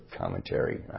commentary